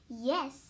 Yes